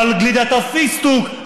אבל גלידת הפיסטוק,